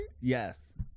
Yes